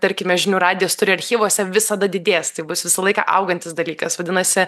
tarkime žinių radijas turi archyvuose visada didės tai bus visą laiką augantis dalykas vadinasi